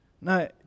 No